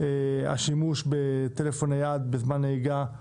השימוש בטלפון נייד בזמן נהיגה יפחת.